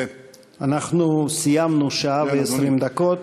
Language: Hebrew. אנחנו סיימנו שעה ו-20 דקות.